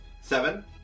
seven